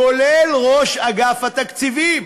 כולל ראש אגף התקציבים,